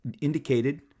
indicated